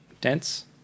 dense